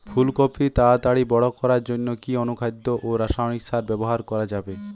ফুল কপি তাড়াতাড়ি বড় করার জন্য কি অনুখাদ্য ও রাসায়নিক সার ব্যবহার করা যাবে?